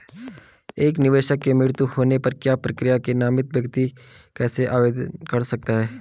एक निवेशक के मृत्यु होने पर क्या प्रक्रिया है नामित व्यक्ति कैसे आवेदन कर सकता है?